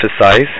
emphasize